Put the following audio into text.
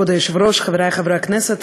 כבוד היושב-ראש, חברי חברי הכנסת,